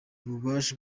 ububasha